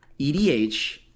edh